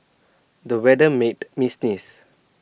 the weather made me sneeze